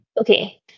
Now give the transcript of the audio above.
Okay